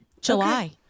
July